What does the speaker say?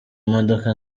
imodoka